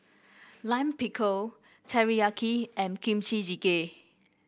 Lime Pickle Teriyaki and Kimchi Jjigae